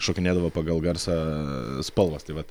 šokinėdavo pagal garsą spalvas tai vat